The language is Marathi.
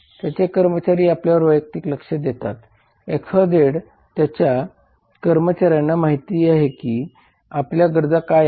त्याचे कर्मचारी आपल्यावर वैयक्तिक लक्ष देतात XYZ च्या कर्मचार्यांना माहित आहे की आपल्या गरजा काय आहेत